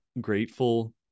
grateful